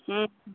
हँ